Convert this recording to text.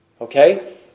Okay